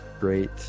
Great